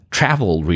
Travel